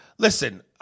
Listen